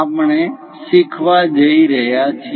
આપણે શીખવા જઈ રહ્યા છીએ